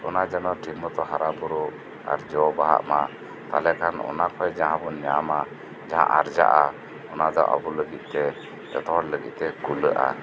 ᱚᱱᱟ ᱡᱮᱱᱚ ᱴᱷᱤᱠ ᱢᱚᱛᱚ ᱦᱟᱨᱟ ᱵᱩᱨᱩᱜ ᱟᱨ ᱡᱚ ᱵᱟᱦᱟᱜ ᱢᱟ ᱛᱟᱦᱚᱞᱮ ᱠᱷᱟᱱ ᱚᱱᱟᱠᱷᱚᱱ ᱡᱟᱦᱟᱸ ᱵᱩᱱ ᱧᱟᱢᱟ ᱡᱟᱦᱟᱸ ᱟᱨᱡᱟᱜᱼᱟ ᱚᱱᱟᱫᱚ ᱟᱵᱩ ᱞᱟᱹᱜᱤᱫ ᱛᱮ ᱡᱚᱛᱚ ᱦᱚᱲ ᱞᱟᱹᱜᱤᱫ ᱛᱮ ᱠᱩᱞᱟᱹᱜᱼᱟ